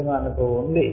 అది మనకు ఉంది